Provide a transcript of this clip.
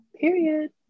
Period